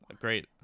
great